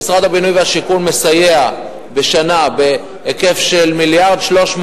משרד הבינוי והשיכון מסייע בהיקף של מיליארד ו-300